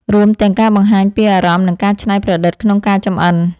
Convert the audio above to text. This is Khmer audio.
រួមទាំងការបង្ហាញពីអារម្មណ៍ និងការច្នៃប្រឌិតក្នុងការចំអិន។